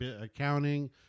accounting